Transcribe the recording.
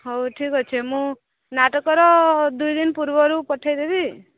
ହଉ ଠିକ୍ ଅଛି ମୁଁ ନାଟକର ଦୁଇଦିନ ପୂର୍ବରୁ ପଠାଇଦେବି